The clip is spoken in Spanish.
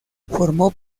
formó